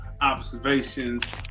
Observations